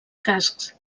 cascs